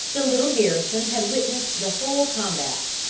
the little garrison had witnessed the whole combat.